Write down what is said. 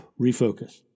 refocus